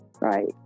right